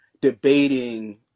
debating